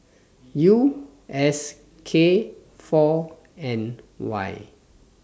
U S K four N Y